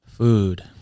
food